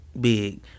big